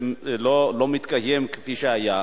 לא מתקיים כפי שהיה,